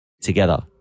together